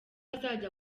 azajya